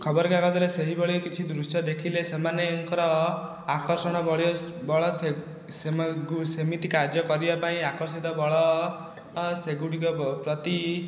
ଖବର କାଗଜରେ ସେହିଭଳି କିଛି ଦୃଶ୍ୟ ଦେଖିଲେ ସେମାନଙ୍କର ଆକର୍ଷଣ ବଳ ସେମିତି କାର୍ଯ୍ୟ କରିବା ପାଇଁ ଆକର୍ଷିତ ବଳ ସେଗୁଡ଼ିକ ପ୍ରତି